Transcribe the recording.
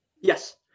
Yes